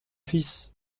fils